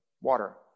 water